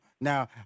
Now